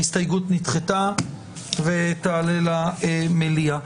ההסתייגות נדחתה ותעלה למליאה.